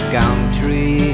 country